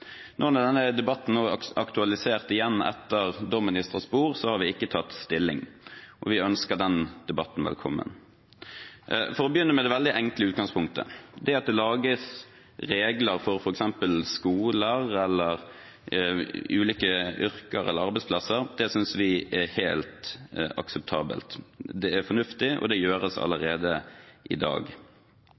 denne debatten igjen er aktualisert etter dommen i Strasbourg, har vi ikke tatt stilling, og vi ønsker den debatten velkommen. For å begynne med det veldig enkle utgangspunktet: Det at det lages regler for f.eks. skoler, ulike yrker eller arbeidsplasser, synes vi er helt akseptabelt. Det er fornuftig, og det gjøres allerede i dag.